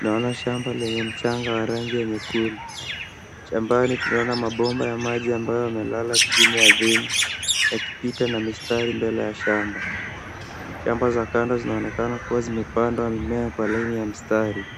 Naona shamba lenye mchanga wa rangi ya nyekundu. Shambani tunaona mabomba ya maji ambayo yamelala chini ardhini yakipitwa na mistari mbele ya shamba. Shamba za kando zinaonekana kuwa zimepandwa mimea kwa laini ya mistari.